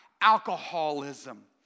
alcoholism